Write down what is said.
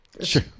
Sure